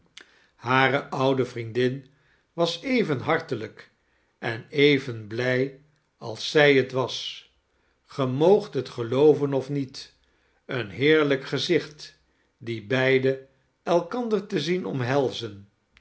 hare oude vriendin was even hartelijk en even blij als zij t was ge moogt het gelooven of niet een heerlijk gezicht die beiden elkander te zien omhelzen